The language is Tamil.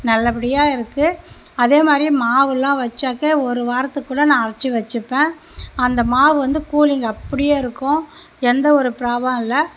நல்ல படியாக இருக்கு அதே மாதிரி மாவுலாம் வச்சாக்க ஒரு வாரத்துக்கு கூட நான் அரைச்சு வச்சுப்பேன் அந்த மாவு வந்து கூலிங் அப்படியே இருக்கும் எந்த ஒரு ப்ராப்ளமும் இல்லை